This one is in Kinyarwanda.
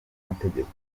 amategeko